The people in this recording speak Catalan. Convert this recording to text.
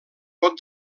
pot